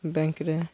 bank ᱨᱮ